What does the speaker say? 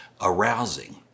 arousing